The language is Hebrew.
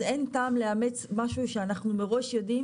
אז אין טעם לאמץ משהו שאנחנו מראש יודעים